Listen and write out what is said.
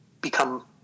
become